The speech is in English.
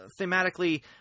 thematically